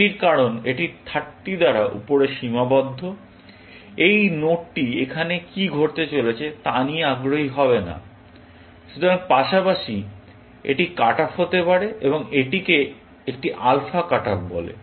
এটি কারণ এটি 30 দ্বারা উপরে সীমাবদ্ধ এই নোডটি এখানে কী ঘটতে চলেছে তা নিয়ে আগ্রহী হবে না সুতরাং পাশাপাশি এটি কাট অফ হতে পারে এবং এটিকে একটি আলফা কাট অফ বলে